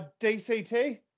DCT